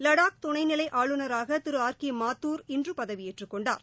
லடாக் துணைநிலை ஆளுநராக Thiru R K Mathur இன்று பதவியேற்றுக் கொண்டார்